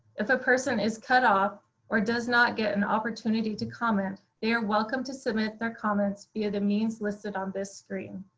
if a person is cut off or does not get an opportunity to comment, they are welcome to submit their comments via the means listed on this screen.